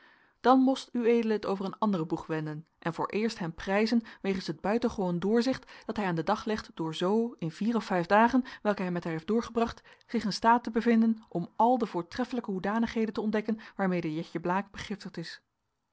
dan most ued het over een anderen boeg wenden en vooreerst hem prijzen wegens het buitengewoon doorzicht dat hij aan den dag legt door zoo in vier of vijf dagen welke hij met haar heeft doorgebracht zich in staat te bevinden om al de voortreffelijke hoedanigheden te ontdekken waarmede jetje blaek begiftigd is